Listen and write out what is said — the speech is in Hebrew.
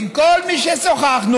כל מי ששוחחנו,